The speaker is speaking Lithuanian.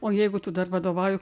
o jeigu tu dar vadovauji